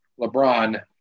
LeBron